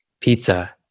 pizza